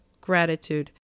gratitude